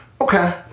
okay